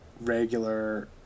regular